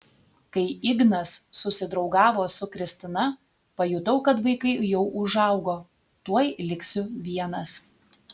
kai ignas susidraugavo su kristina pajutau kad vaikai jau užaugo tuoj liksiu vienas